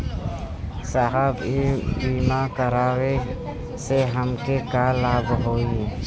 साहब इ बीमा करावे से हमके का लाभ होई?